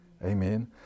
Amen